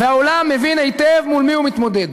והעולם מבין היטב מול מי הוא מתמודד.